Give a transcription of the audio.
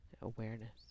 awareness